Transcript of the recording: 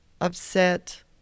upset